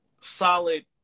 solid